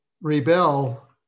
rebel